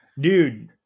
Dude